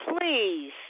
Please